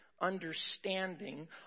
understanding